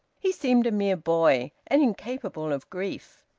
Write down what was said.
he seemed a mere boy and incapable of grief.